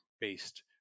based